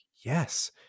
Yes